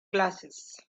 glasses